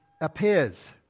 appears